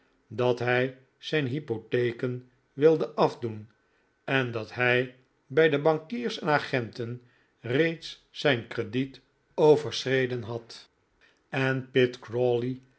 dat hij zijn hypotheken wilde afdoen en dat hij bij de bankiers en agenten reeds zijn crediet overschreden had en pitt